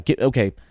Okay